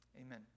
Amen